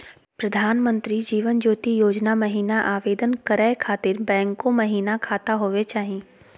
प्रधानमंत्री जीवन ज्योति योजना महिना आवेदन करै खातिर बैंको महिना खाता होवे चाही?